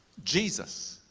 jesus,